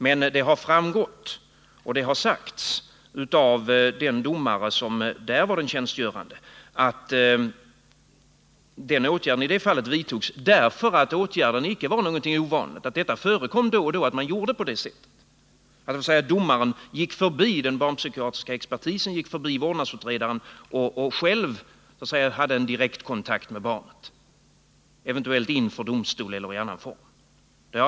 Vad som däremot är viktigt i sammanhanget är att det sagts av den i det fallet tjänstgörande domaren att åtgärden vidtogs därför att det icke var någonting ovanligt, utan att det förekom då och då att domaren så att säga gick förbi den barnpsykiatriska expertisen och vårdnadsutredaren och själv hade en direktkontakt med barnet, eventuellt inför domstol eller i annan form.